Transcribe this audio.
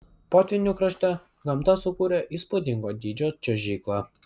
potvynių krašte gamta sukūrė įspūdingo dydžio čiuožyklą